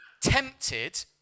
tempted